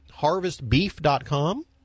harvestbeef.com